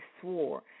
swore